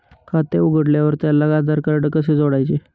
खाते उघडल्यावर त्याला आधारकार्ड कसे जोडायचे?